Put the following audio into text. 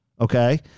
Okay